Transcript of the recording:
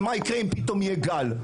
מה יקרה אם פתאום יהיה גל.